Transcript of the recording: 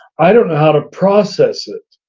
i don't know how to process it,